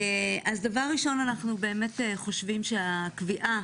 אז דבר ראשון אנחנו באמת חושבים שהקביעה